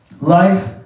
Life